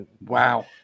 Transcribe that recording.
wow